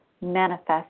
manifest